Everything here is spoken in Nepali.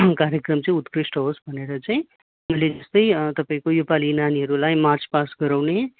कार्यक्रम चाहिँ उत्कृष्ट होस् भनेर चाहिँ पहिले जस्तै तपाईँको योपालि नानीहरूलाई मार्च पास्ट गराउने